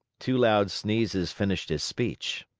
two loud sneezes finished his speech.